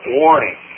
warning